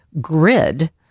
grid